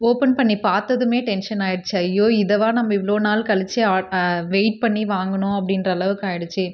open பண்ணிப் பார்த்ததுமே tension ஆயிடுச்சு ஐயோ இதுவா நம்ம இவ்வளோ நாள் கழித்து ஆட் வெய்ட் பண்ணி வாங்கினோம் அப்படின்ற அளவுக்கு ஆகிடுச்சு